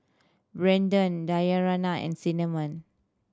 Brandon Dayanara and Cinnamon